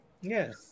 Yes